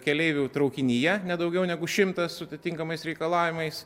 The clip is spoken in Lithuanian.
keleivių traukinyje ne daugiau negu šimtas su atitinkamais reikalavimais